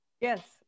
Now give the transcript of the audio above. yes